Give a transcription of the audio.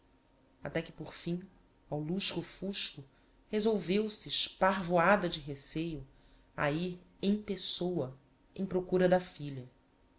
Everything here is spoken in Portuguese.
até que por fim ao lusco fusco resolveu-se esparvoada de receio a ir em pessôa em procura da filha